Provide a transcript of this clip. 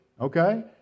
okay